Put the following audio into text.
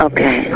Okay